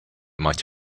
might